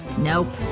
nope